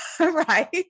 Right